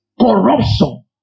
corruption